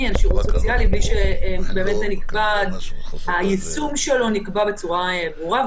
בלי שהיישום שלו נקבע בצורה ברורה.